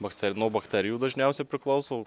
bakteri nuo bakterijų dažniausiai priklauso